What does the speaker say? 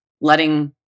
letting